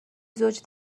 زوج